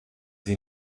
sie